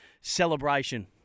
celebration